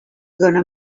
gonna